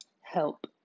help